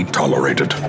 tolerated